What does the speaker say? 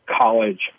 college